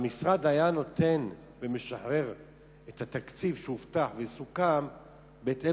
המשרד היה משחרר את התקציב שהובטח וסוכם בהתאם